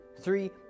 three